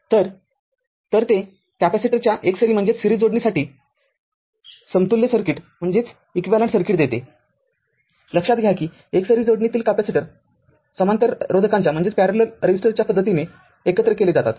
तरतर ते कॅपेसिटरच्या एकसरी जोडणीसाठी समतुल्य सर्किट देतेलक्षात घ्या की एकसरी जोडणीतील कॅपेसिटर समांतर रोधकांच्या पद्धतीने एकत्र केले जातात